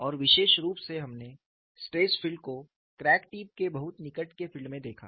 और विशेष रूप से हमने स्ट्रेस फील्ड को क्रैक टिप के बहुत निकट के फील्ड में देखा